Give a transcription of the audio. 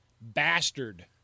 bastard